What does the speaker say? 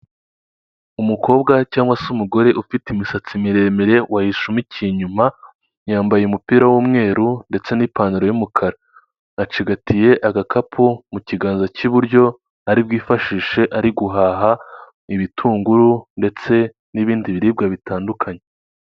Umukobwa cyangwa se umugore ufite imisatsi miremire wayishumikiye inyuma, yambaye umupira w'umweru ndetse n'ipantaro y'umukara, acigatiye agakapu mu kiganza cy'iburyo ari bwifashishe ari guhaha ibitunguru ndetse n'ibindi biribwa bitandukanye.